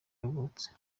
yavutse